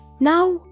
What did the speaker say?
Now